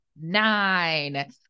nine